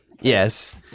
Yes